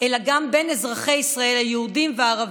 אלא גם בין אזרחי ישראל היהודים והערבים.